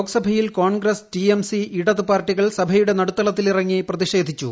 ലോക്സഭയിൽ Congress T M C ഇടത് പാർട്ടികൾ സഭയുടെ നടുത്തളത്തിലിറങ്ങി പ്രതിഷേധിച്ചു